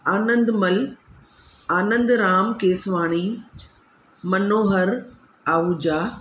Anandmal Anand Ram Keswani Manohar Ahuja